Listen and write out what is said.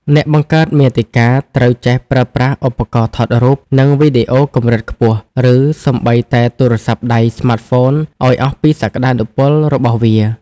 អ្នកបង្កើតមាតិកាត្រូវចេះប្រើប្រាស់ឧបករណ៍ថតរូប និងវីដេអូកម្រិតខ្ពស់ ឬសូម្បីតែទូរស័ព្ទដៃស្មាតហ្វូនឱ្យអស់ពីសក្តានុពលរបស់វា។